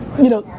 you know,